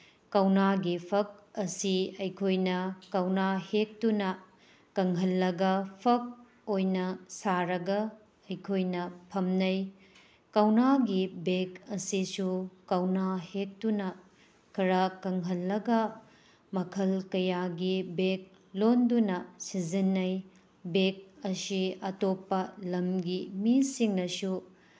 ꯀꯧꯅꯥꯒꯤ ꯐꯛ ꯑꯁꯤ ꯑꯩꯈꯣꯏꯅ ꯀꯧꯅꯥ ꯍꯦꯛꯇꯨꯅ ꯀꯪꯍꯜꯂꯒ ꯐꯛ ꯑꯣꯏꯅ ꯁꯥꯔꯒ ꯑꯩꯈꯣꯏꯅ ꯐꯝꯅꯩ ꯀꯧꯅꯥꯒꯤ ꯕꯦꯒ ꯑꯁꯤꯁꯨ ꯀꯧꯅꯥ ꯍꯦꯛꯇꯨꯅ ꯈꯔ ꯀꯪꯍꯜꯂꯒ ꯃꯈꯜ ꯀꯌꯥꯒꯤ ꯕꯦꯒ ꯂꯣꯟꯗꯨꯅ ꯁꯤꯖꯤꯟꯅꯩ ꯕꯦꯒ ꯑꯁꯤ ꯑꯇꯣꯞꯄ ꯂꯝꯒꯤ ꯃꯤꯁꯤꯡꯅꯁꯨ